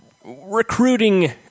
recruiting